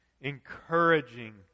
Encouraging